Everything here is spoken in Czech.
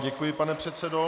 Děkuji vám, pane předsedo.